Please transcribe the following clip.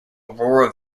aurora